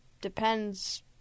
depends